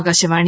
Akashvani